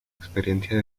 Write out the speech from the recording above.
experiencia